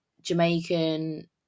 Jamaican